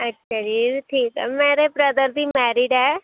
ਅੱਛਾ ਜੀ ਇਹ ਵੀ ਠੀਕ ਹੈ ਮੇਰੇ ਬ੍ਰਦਰ ਦੀ ਮੈਰਿਜ ਹੈ